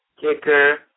Kicker